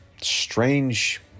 strange